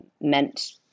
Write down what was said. meant